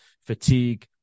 fatigue